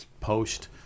Post